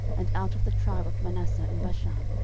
and out of the tribe of manasseh in bashan,